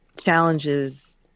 challenges